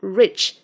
rich